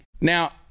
Now